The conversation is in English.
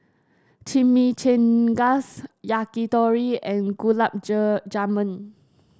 Chimichangas Yakitori and Gulab Jamun